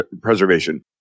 preservation